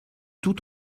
tout